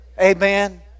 Amen